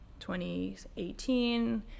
2018